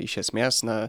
iš esmės na